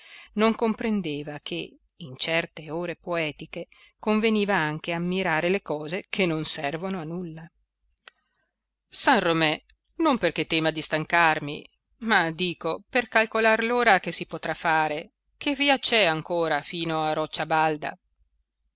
non comprendeva che in certe ore poetiche conveniva anche ammirare le cose che non servono a nulla san romé non perché tema di stancarmi ma dico per calcolar l'ora che si potrà fare che via c'è ancora fino a roccia balda